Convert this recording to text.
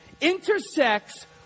intersects